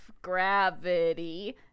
Gravity